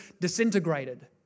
disintegrated